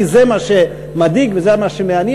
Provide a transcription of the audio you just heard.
כי זה מה שמדאיג וזה מה שמעניין,